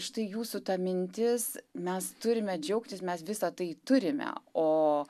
štai jūsų ta mintis mes turime džiaugtis mes visa tai turime o